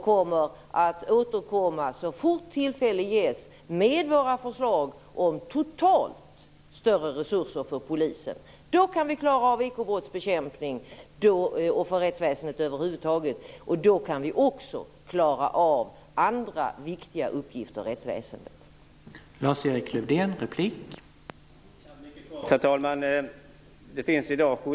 Vi återkommer så fort tillfälle ges med våra förslag om totalt större resurser för polisen och för rättsväsendet över huvud taget, så att också andra viktiga uppgifter inom rättsväsendet kan klaras av.